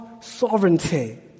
sovereignty